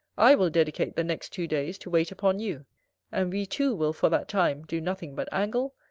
i will dedicate the next two days to wait upon you and we too will, for that time, do nothing but angle,